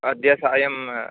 अद्य सायं